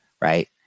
right